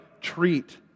treat